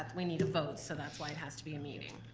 we need a vote, so that's why it has to be a meeting.